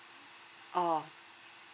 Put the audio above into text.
oh